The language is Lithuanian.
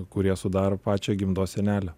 kurie sudaro pačią gimdos sienelę